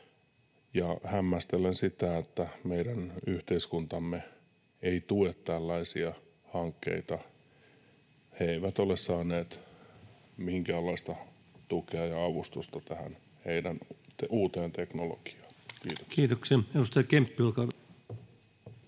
Hämmästelen sitä, että meidän yhteiskuntamme ei tue tällaisia hankkeita. He eivät ole saaneet minkäänlaista tukea ja avustusta tähän heidän uuteen teknologiaan. — Kiitoksia. [Speech 182] Speaker: